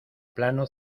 plano